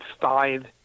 five